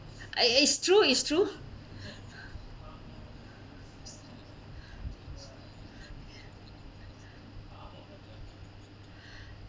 I I it it's true it's true